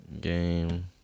Game